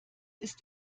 ist